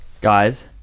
Guys